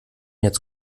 jetzt